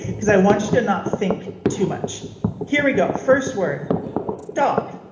cause i want you to not think too much here we go. first word dog.